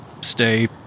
stay